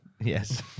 Yes